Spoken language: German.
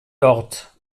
dort